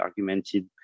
argumented